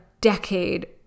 decade